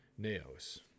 neos